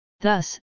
Thus